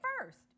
first